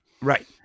right